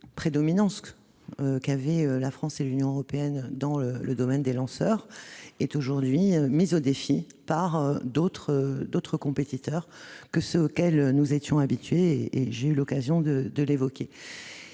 la prédominance qu'avaient la France et l'Union européenne dans le domaine des lanceurs est aujourd'hui mise au défi par d'autres compétiteurs que ceux auxquels nous étions habitués. Évidemment, nous ne sommes